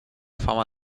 fama